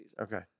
Okay